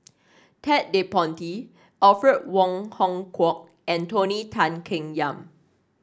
Ted De Ponti Alfred Wong Hong Kwok and Tony Tan Keng Yam